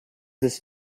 this